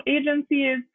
agencies